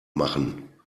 machen